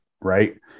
Right